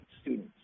students